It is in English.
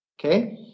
okay